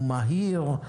הוא מהיר,